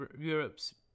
Europe's